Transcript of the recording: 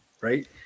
right